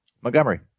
Montgomery